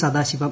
Sadasivam